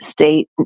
state